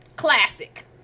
classic